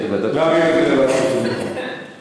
להעביר את זה לוועדת החוץ והביטחון.